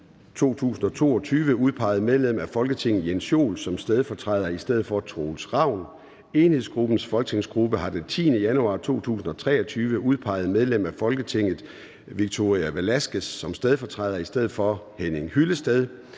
2022 udpeget medlem af Folketinget Jens Joel som stedfortræder i Lønningsrådet i stedet for Troels Ravn. Enhedslistens folketingsgruppe har den 10. januar 2023 udpeget medlem af Folketinget Victoria Velasquez som stedfortræder i Lønningsrådet i stedet for Henning Hyllested.